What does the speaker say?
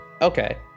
Okay